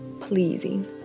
pleasing